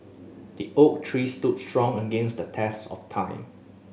the oak tree stood strong against the test of time